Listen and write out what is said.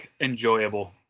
enjoyable